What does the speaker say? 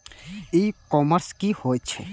ई commerce की होय छेय?